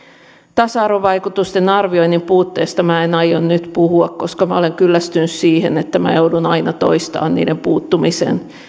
tasa arvovaikutusten arvioinnin puutteesta minä en aio nyt puhua koska minä olen kyllästynyt siihen että minä joudun aina toistamaan niiden puuttumisen